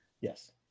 yes